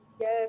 yes